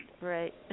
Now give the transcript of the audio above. Right